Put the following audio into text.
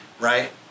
right